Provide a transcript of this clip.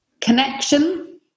connection